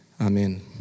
Amen